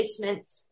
placements